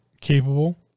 capable